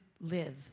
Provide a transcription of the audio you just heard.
live